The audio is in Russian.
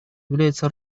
является